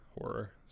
horror